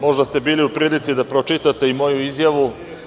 Možda ste bili u prilici da pročitate i moju izjavu.